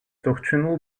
doctrinal